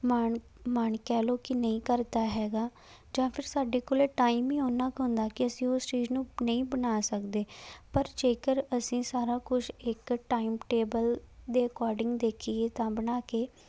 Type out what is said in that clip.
ਮਾਣ ਮਨ ਕਹਿ ਲਓ ਕਿ ਨਹੀਂ ਕਰਦਾ ਹੈਗਾ ਜਾਂ ਫਿਰ ਸਾਡੇ ਕੋਲੇ ਟਾਈਮ ਹੀ ਓਨਾਂ ਕੁ ਹੁੰਦਾ ਕਿ ਅਸੀਂ ਉਸ ਚੀਜ਼ ਨੂੰ ਨਹੀਂ ਬਣਾ ਸਕਦੇ ਪਰ ਜੇਕਰ ਅਸੀਂ ਸਾਰਾ ਕੁਝ ਇੱਕ ਟਾਈਮ ਟੇਬਲ ਦੇ ਅਕੋਰਡਿੰਗ ਦੇਖੀਏ ਤਾਂ ਬਣਾ ਕੇ